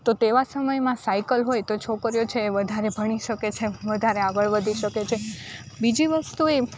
તો તેવા સમયમાં સાયકલ હોય તો છોકરીઓ છે એ વધારે ભણી શકે છે વધારે આગળ વધી શકે છે બીજી વસ્તુ એ